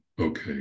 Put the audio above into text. okay